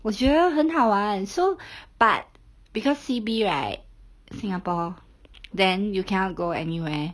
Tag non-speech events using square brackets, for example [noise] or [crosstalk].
我觉得很好玩 so [breath] but because C_B right singapore then you cannot go anywhere